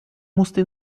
musste